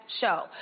show